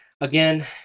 again